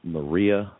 Maria